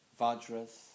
vajras